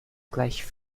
gleich